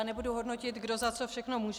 Nebudu hodnotit, kdo za co všechno může.